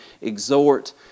exhort